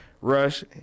Rush